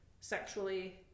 sexually